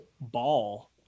ball